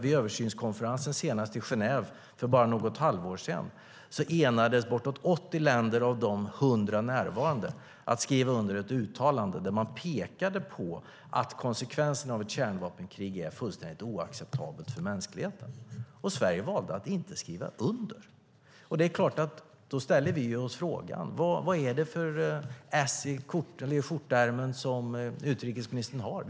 Vid översynskonferensen senast i Genève, för bara något halvår sedan, enades bortåt 80 länder av de 100 närvarande om att skriva under ett uttalande där man pekade på att konsekvensen av ett kärnvapenkrig är fullständigt oacceptabel för mänskligheten. Sverige valde att inte skriva under. Det är klart att vi då ställer oss frågan: Vad är det för ess i skjortärmen som utrikesministern har?